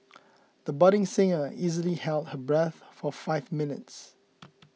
the budding singer easily held her breath for five minutes